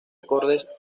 acordes